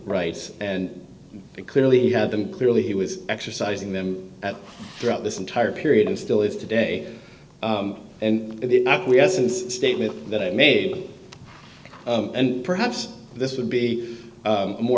rights and they clearly had them clearly he was exercising them at throughout this entire period and still is today and the statement that i made and perhaps this would be more